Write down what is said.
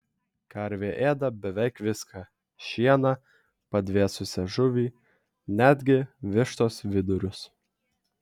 karvė ėda beveik viską šieną padvėsusią žuvį netgi vištos vidurius